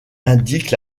indiquent